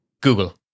Google